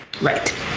Right